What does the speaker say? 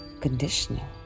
conditional